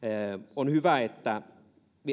on hyvä että